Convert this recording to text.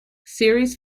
series